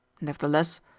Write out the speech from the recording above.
Nevertheless